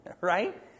right